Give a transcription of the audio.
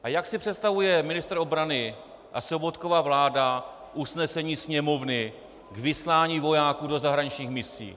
A jak si představuje ministr obrany a Sobotkova vláda usnesení Sněmovny k vyslání vojáků do zahraničních misí?